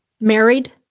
Married